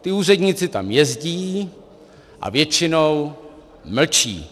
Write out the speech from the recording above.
Ti úředníci tam jezdí a většinou mlčí.